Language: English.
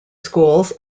schools